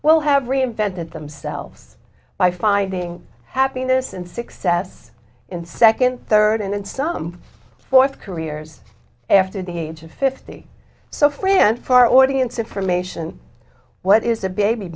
well have reinvented themselves by finding happiness and success in second third and in some fourth careers after the age of fifty so free and for our audience information what is a baby